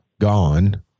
gone